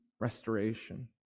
restoration